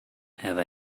have